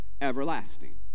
Everlasting